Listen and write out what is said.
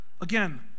Again